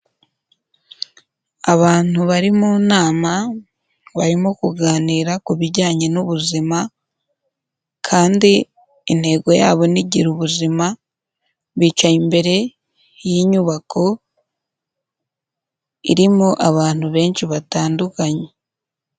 Abantu bari mu nama barimo kuganira ku bijyanye n'ubuzima kandi intego yabo ni gira ubuzima, bicaye imbere y'inyubako irimo abantu benshi batandukanye.